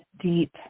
deep